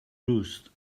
roost